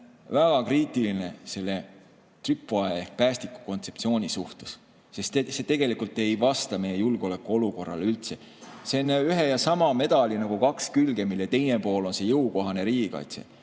väga kriitiline selletripwire-ehk päästikukontseptsiooni suhtes, sest see tegelikult ei vasta meie julgeolekuolukorrale üldse. Tegu on ühe ja sama medali kahe küljega, millest üks pool on jõukohane riigikaitse.